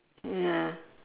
ya